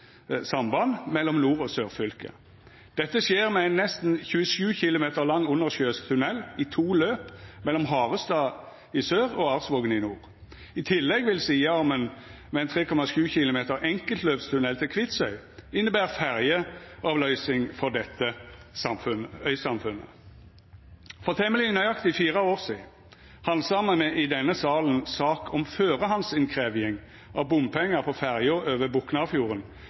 samband mellom nord- og sørfylket. Dette skjer med ein nesten 27 km lang undersjøisk tunnel i to løp mellom Harestad i sør og Arsvågen i nord. I tillegg vil sidearmen med ein 3,7 km enkeltløpstunnel til Kvitsøy innebera ferjeavløysing for dette øysamfunnet. For temmeleg nøyaktig fire år sidan handsama me i denne salen sak om førehandsinnkrevjing av bompengar på ferja over